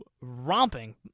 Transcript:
romping